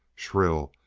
shrill,